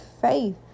faith